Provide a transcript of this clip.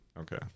Okay